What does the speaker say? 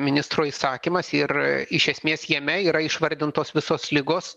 ministro įsakymas ir iš esmės jame yra išvardintos visos ligos